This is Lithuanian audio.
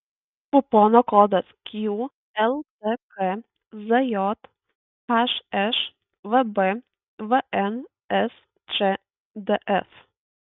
kupono kodas qltk zjhš vbvn sčdf